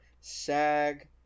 SAG